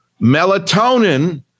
melatonin